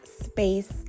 space